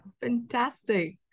Fantastic